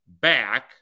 back